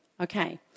Okay